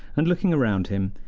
and looking round him,